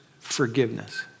forgiveness